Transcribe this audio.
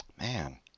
Man